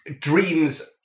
dreams